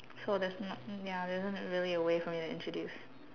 so that's not ya there's isn't really a way for me to introduce